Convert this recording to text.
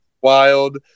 wild